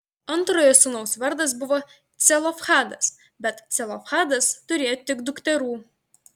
antrojo sūnaus vardas buvo celofhadas bet celofhadas turėjo tik dukterų